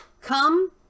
come